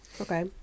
Okay